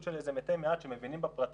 של איזה מתי-מעט שמבינים בפרטים,